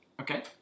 Okay